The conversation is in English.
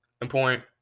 important